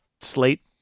slate